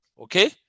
Okay